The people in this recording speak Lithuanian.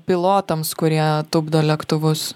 pilotams kurie tupdo lėktuvus